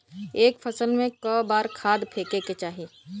एक फसल में क बार खाद फेके के चाही?